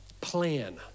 plan